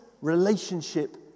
relationship